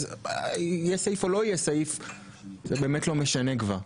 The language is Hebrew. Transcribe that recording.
אז אם יש סעיף או לא יהיה סעיף זה באמת לא משנה כבר.